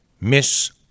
Miss